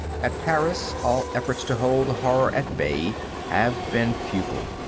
at paris all efforts to hold the horror at bay have been futile.